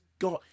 got